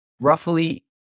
roughly